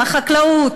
החקלאות,